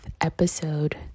episode